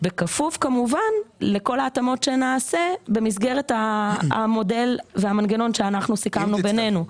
בכפוף כמובן לכל ההתאמות שנעשה במסגרת המודל והמנגנון שסיכמנו בינינו.